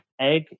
Egg